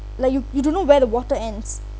like you you don't know where the water ends